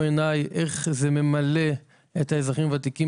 עיניי איך זה ממלא את האזרחים הוותיקים,